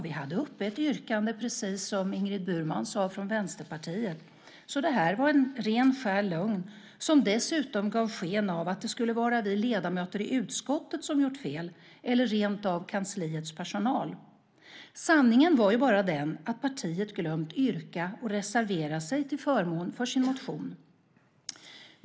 Vi hade uppe ett yrkande precis som Ingrid Burman sade från Vänsterpartiet, så det här var en ren skär lögn som dessutom gav sken av att det skulle vara vi ledamöter i utskottet som gjort fel eller rentav kansliets personal. Sanningen var ju bara den att partiet glömt yrka och reservera sig till förmån för sin motion.